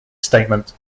statement